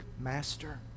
Master